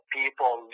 people